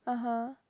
(uh huh)